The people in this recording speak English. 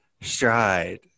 stride